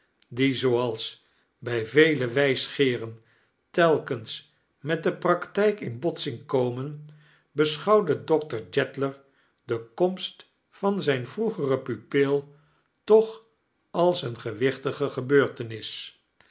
die zooals bij veto wijsgeeren telkens met de praktijk in boteing komen beschouwde dokter jeddler de terugkomst van zijn vroegeren pupil toch als een gewichtige gebeurtenis